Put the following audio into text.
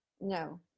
no